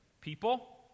people